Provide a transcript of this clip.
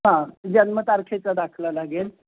हां जन्मतारखेचा दाखला लागेल